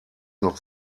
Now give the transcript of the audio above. noch